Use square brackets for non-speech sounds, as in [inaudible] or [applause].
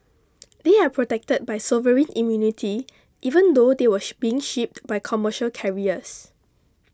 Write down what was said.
they are protected by sovereign immunity even though they were [hesitation] being shipped by commercial carriers